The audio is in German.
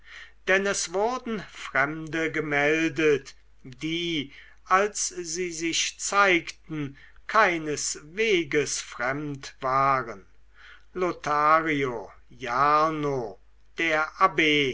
denn es wurden fremde gemeldet die als sie sich zeigten keinesweges fremd waren lothario jarno der abb